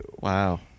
Wow